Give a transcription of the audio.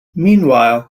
meanwhile